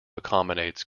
accommodates